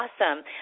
awesome